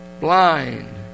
blind